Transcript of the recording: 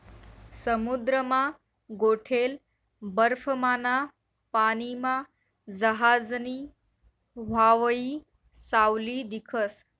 समुद्रमा गोठेल बर्फमाना पानीमा जहाजनी व्हावयी सावली दिखस